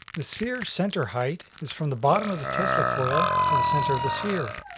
the sphere center height is from the bottom of the tesla coil to the center of the sphere.